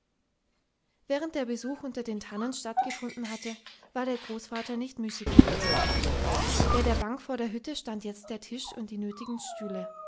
während der besuch unter den tannen stattgefunden hatte war der großvater nicht müßig gewesen bei der bank vor der hütte stand jetzt der tisch und die nötigen stühle